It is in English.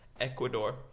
Ecuador